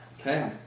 Okay